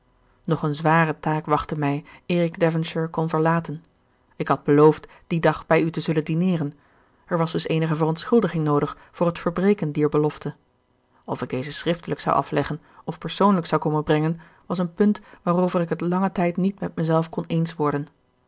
nog een zware taak wachtte mij eer ik devonshire kon verlaten ik had beloofd dien dag bij u te zullen dineeren er was dus eenige verontschuldiging noodig voor het verbreken dier belofte of ik deze schriftelijk zou afleggen of persoonlijk zou komen brengen was een punt waarover ik het langen tijd niet met mijzelf kon eens worden